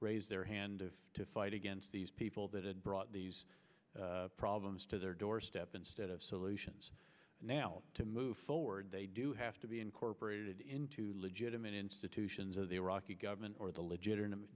raised their hand to fight against these people that had brought these problems to their doorstep instead of solutions now to move forward they do have to be incorporated into legitimate institutions of the iraqi government or the legitimate